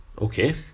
okay